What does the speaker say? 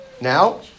now